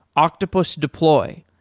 octopus deploy,